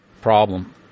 problem